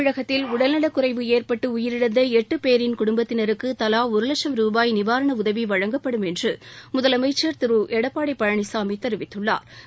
தமிழகத்தில் உடல்நலக்குறைவு ஏற்பட்டு உயிரிழந்த எட்டு பேரின் குடும்பத்தினருக்கு தவா ஒரு லட்சம் ரூபாய் நிவாரண உதவி வழங்கப்படும் என்று முதலமைச்ச் திரு எடப்பாடி பழனிசாமி தெரிவித்துள்ளாா்